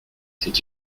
c’est